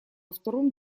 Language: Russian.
втором